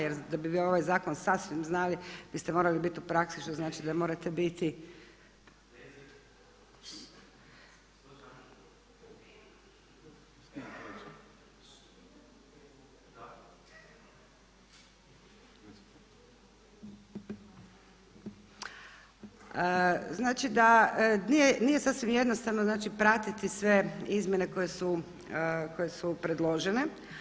Jer da bi ovaj zakon sasvim znali vi ste morali bit u praksi što znači da morate biti, znači da nije sasvim jednostavno, znači pratiti sve izmjene koje su predložene.